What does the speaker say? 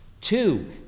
Two